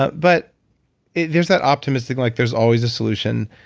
but but there's that optimism. like there's always a solution.